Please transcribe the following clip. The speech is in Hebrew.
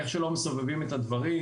איך שלא מסובבים את הדברים,